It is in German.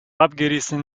abgerissen